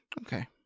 Okay